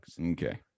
Okay